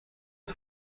het